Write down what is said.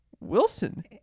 Wilson